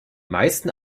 meisten